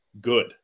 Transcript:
good